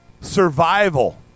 Survival